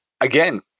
again